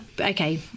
Okay